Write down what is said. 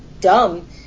dumb